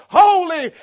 holy